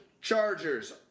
Chargers